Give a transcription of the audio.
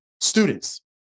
students